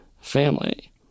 family